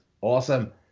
awesome